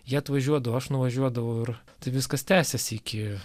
jie atvažiuodavo aš nuvažiuodavau ir tai viskas tęsiasi iki